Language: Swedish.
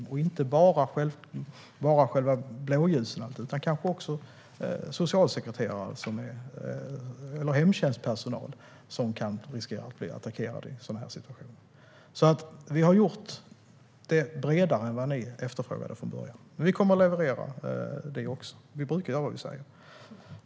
Det gäller inte heller bara själva blåljuspersonalen utan kanske också socialsekreterare eller hemtjänstpersonal, som kan riskera att bli attackerade i en sådan här situation. Vi har alltså gjort det bredare än vad ni efterfrågade från början, men vi kommer att leverera. Vi brukar göra vad vi säger.